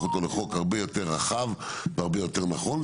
אותו לחוק שהוא הרבה יותר רחב והרבה יותר נכון,